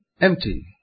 empty